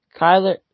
Kyler